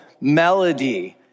melody